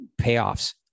payoffs